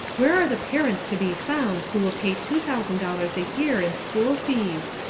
where are the parents to be found who will pay two thousand dollars a year in school fees?